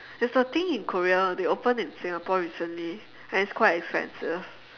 there's a thing in korea they opened in singapore recently and it's quite expensive